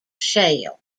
shale